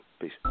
Peace